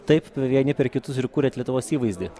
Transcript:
taip vieni per kitus ir kuriat lietuvos įvaizdį